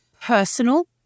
personal